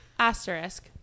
Asterisk